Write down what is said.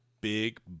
big